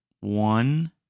one